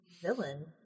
villain